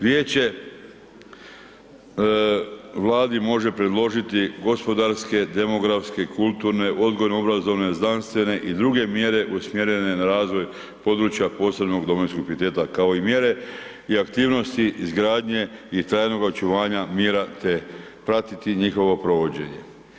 Vijeće Vladi može predložiti gospodarske, demografske, kulturne, odgojno obrazovne, znanstvene i druge mjere usmjerene na razvoj područja posebnog domovinskog pijeteta, kao i mjere i aktivnosti izgradnje i trajnog očuvanja mira, te pratiti njihovo provođenje.